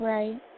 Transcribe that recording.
Right